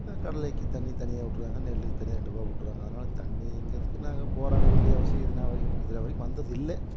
கடலைக்கு தண்ணி தனியாக விட்ருவாங்க நெல்லுக்கு தனியாக ரெண்டு போகம் விட்ருவாங்க அதனால தண்ணிங்கிறதுக்கு நாங்கள் போராட வேண்டிய அவசியம் இது நாள் வரையும் இது நாள் வரைக்கும் வந்தது இல்லை